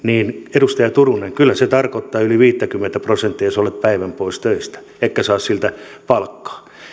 edustaja turunen kyllä se tarkoittaa yli viittäkymmentä prosenttia jos olet päivän pois töistä etkä saa siitä palkkaa